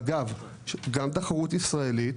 אגב גם תחרות ישראלית,